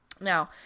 Now